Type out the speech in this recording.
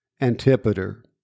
Antipater